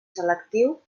selectiu